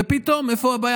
ופתאום, איפה הבעיה?